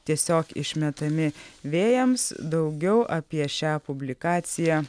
tiesiog išmetami vėjams daugiau apie šią publikaciją